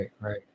right